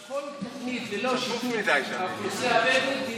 כל תוכנית ללא שיתוף האוכלוסייה הבדואית,